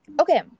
Okay